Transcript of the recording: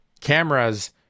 cameras